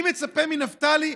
אני מצפה מנפתלי,